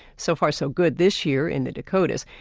so far, so good this year in the dakotas.